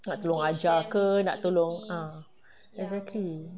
nak tolong ajar ke nak tolong exactly